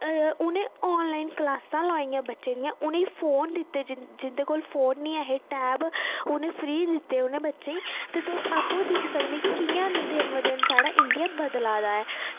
उनें ई ऑनलाईन क्लॉसां लाइयां बच्चे दियां उनेंगी फोन दित्ते जिंदे कोल फोन निं हे उनें टैब फ्री दित्ते उनें बच्चें गी ते तुस आपूं दिक्खी सकने की दिन ब दिन साढ़ा इंडिया कियां बदला दा ऐ